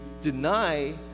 deny